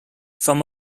from